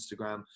instagram